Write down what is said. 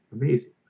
amazing